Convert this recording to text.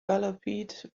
galloped